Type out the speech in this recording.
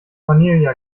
cornelia